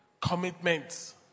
commitments